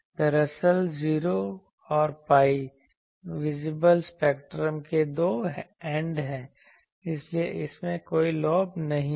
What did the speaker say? दरअसल 0 और pi visible spectrum के दो एंड हैं इसीलिए इसमें कोई लोब नहीं है